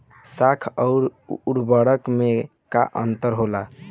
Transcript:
खाद्य आउर उर्वरक में का अंतर होला?